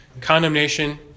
Condemnation